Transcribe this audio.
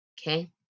okay